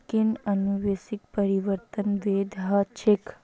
कि अनुवंशिक परिवर्तन वैध ह छेक